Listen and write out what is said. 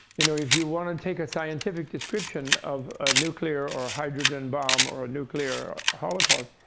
you know if you want to take a scientific description of a nuclear or hydrogen bomb, or a nuclear holocaust,